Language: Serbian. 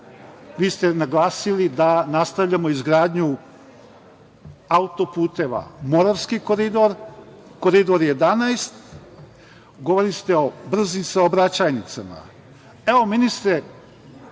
godini. Naglasili ste da nastavljamo izgradnju autoputeva, Moravski koridor, Koridor 11, govorili ste o brzim saobraćajnicama. Evo, ministre,